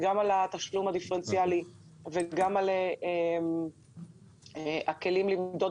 כולל התשלום הדיפרנציאלי וכולל הכלים למדוד